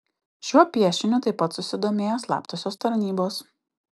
šiuo piešiniu taip pat susidomėjo slaptosios tarnybos